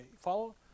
follow